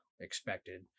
expected